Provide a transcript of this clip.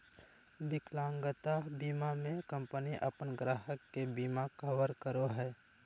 विकलांगता बीमा में कंपनी अपन ग्राहक के बिमा कवर करो हइ